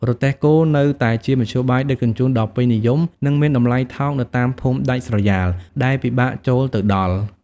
រទេះគោ នៅតែជាមធ្យោបាយដឹកជញ្ជូនដ៏ពេញនិយម និងមានតម្លៃថោកនៅតាមភូមិដាច់ស្រយាល ដែលពិបាកចូលទៅដល់។